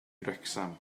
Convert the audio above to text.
wrecsam